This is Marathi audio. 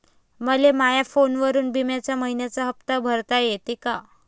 मले माया फोनवरून बिम्याचा मइन्याचा हप्ता भरता येते का?